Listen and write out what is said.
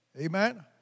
Amen